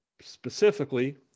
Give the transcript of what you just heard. Specifically